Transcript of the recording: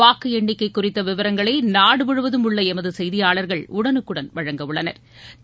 வாக்கு எண்ணிக்கை குறித்த விவரங்களை நாடு முழுவதும் உள்ள எமது செய்தியாளா்கள் உடனுக்குடன் வழங்க உள்ளனா்